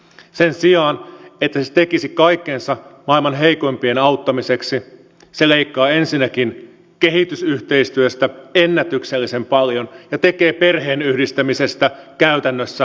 sen sijaan että se tekisi kaikkensa maailman heikoimpien auttamiseksi se leikkaa ensinnäkin kehitysyhteistyöstä ennätyksellisen paljon ja tekee perheenyhdistämisestä käytännössä mahdotonta